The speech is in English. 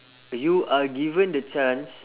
you are given the chance